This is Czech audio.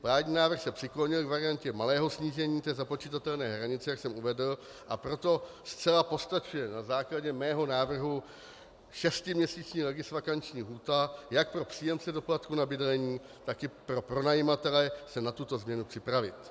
Vládní návrh se přiklonil k variantě malého snížení započitatelné hranice, jak jsem uvedl, a proto zcela postačuje na základě mého návrhu šestiměsíční legisvakanční lhůt jak pro příjemce doplatku na bydlení, tak i pro pronajímatele se na tuto změnu připravit.